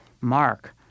mark